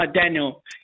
Daniel